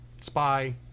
spy